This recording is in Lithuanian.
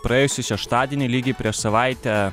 praėjusį šeštadienį lygiai prieš savaitę